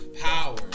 power